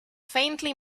faintly